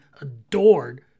adored